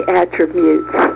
attributes